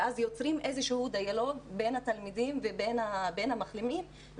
ויוצרים דיאלוג בין התלמידים לבין המחלימים.